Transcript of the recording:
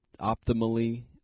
optimally